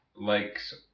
likes